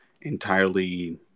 entirely